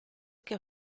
che